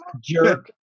Jerk